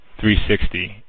360